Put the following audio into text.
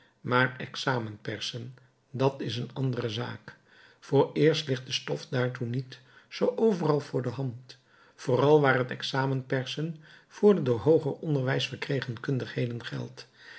maar examen persen dat is eene andere zaak vooreerst ligt de stof daartoe niet zoo overal voor de hand vooral waar het examen persen voor de door hooger onderwijs verkregen kundigheden geldt